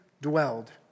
dwelled